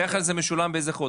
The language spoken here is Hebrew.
בדרך כלל זה משולם באיזה חודש?